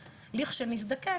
לכשנזדקק,